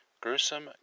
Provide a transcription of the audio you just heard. Gruesome